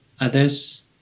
Others